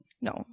no